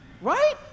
right